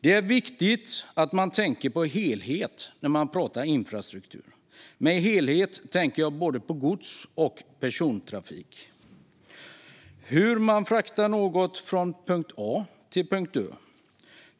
Det är viktigt att man tänker på helheten när man pratar om infrastruktur. Med helhet menar jag både gods och persontrafik och hur man fraktar något från punkt A till punkt Ö.